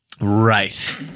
Right